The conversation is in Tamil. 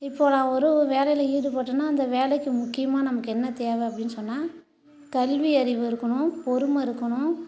இப்போ நான் ஒரு வேலையில் ஈடுபட்டேன்னா அந்த வேலைக்கு முக்கியமாக நமக்கு என்ன தேவை அப்படின்னு சொன்னால் கல்வியறிவு இருக்குணும் பொறுமை இருக்கணும்